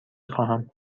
خواهم